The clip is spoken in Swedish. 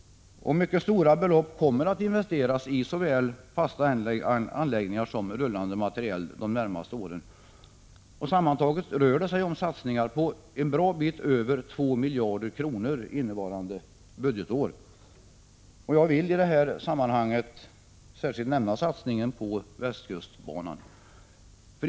Mycket stora belopp kommer att investeras i såväl fasta anläggningar som rullande materiel de närmaste åren. Sammanlagt rör det sig om satsningar på en bra bit över 2 miljarder kronor innevarande budgetår. Jag vill i det här sammanhanget särskilt nämna satsningen på västkustbanan.